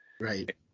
Right